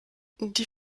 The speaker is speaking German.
die